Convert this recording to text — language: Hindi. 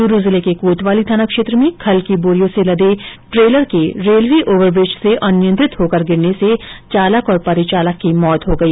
चूरू जिले के कोतवाली थाना क्षेत्र में खल की बोरियों से लदे ट्रेलर के रेलवे ओवरब्रिज से अनियंत्रित होकर गिरने से चालक और परिचालक की मौत हो गई